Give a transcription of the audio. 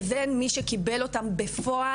לבין מי שקיבל אותם בפועל,